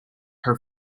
her